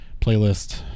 playlist